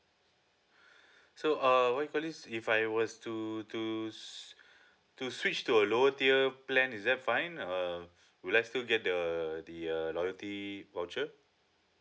so uh what we call this if I was to to s~ to switch to a lower tier plan is that fine uh will I still get the the uh loyalty voucher